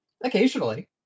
Occasionally